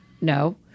no